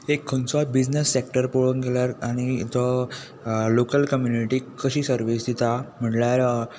एक खंयचोय business sector पळोवंक गेल्यार आनी जो लोकल कम्युनिटीक कशी सर्वीस दिता म्हणल्यार